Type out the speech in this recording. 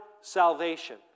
salvation